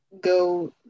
go